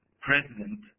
president